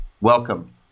Welcome